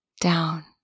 down